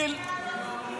שנייה.